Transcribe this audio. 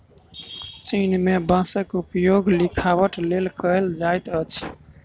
चीन में बांसक उपयोग लिखबाक लेल कएल जाइत अछि